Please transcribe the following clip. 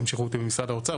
וימשיכו אותי ממשרד האוצר,